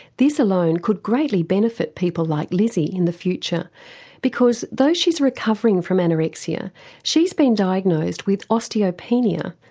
this alone could greatly benefit people like lizzy in the future because though she's recovering from anorexia she's been diagnosed with osteopenia,